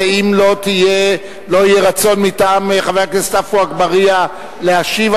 אם לא יהיה רצון מטעם חבר הכנסת עפו אגבאריה להשיב,